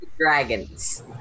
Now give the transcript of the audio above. Dragons